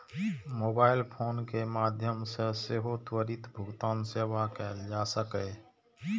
mobile phone के माध्यम सं सेहो त्वरित भुगतान सेवा कैल जा सकैए